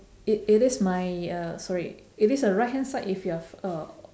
it it is my uh sorry it is a right hand side if you're f~ uh